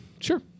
sure